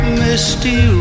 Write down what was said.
misty